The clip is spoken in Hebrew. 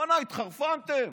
בוא'נה, התחרפנתם.